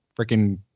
freaking